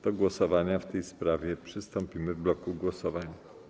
Do głosowań w tej sprawie przystąpimy w bloku głosowań.